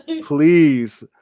Please